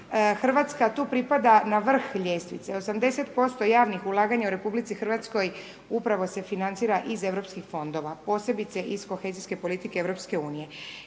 RH tu pripada na vrh ljestvice. 80% javnih ulaganja u RH upravo se financira iz europskih fondova, posebice iz kohezijske politike EU.